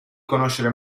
conoscere